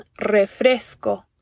refresco